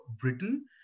Britain